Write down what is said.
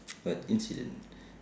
what incident